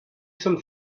some